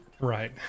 Right